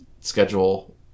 schedule